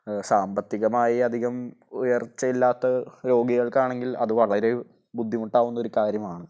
സാമ്പത്തികമായി അധികം ഉയർച്ചയില്ലാത്ത രോഗികൾക്കാണെങ്കിൽ അത് വളരേ ബുദ്ധിമുട്ടാവുന്നൊരു കാര്യമാണ്